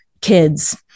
kids